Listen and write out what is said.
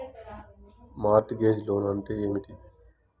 Mart gauge loan అంటే ఏమిటి?